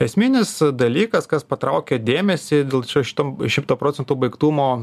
esminis dalykas kas patraukia dėmesį dėl šio šito šimto procentų baigtumo